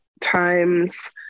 times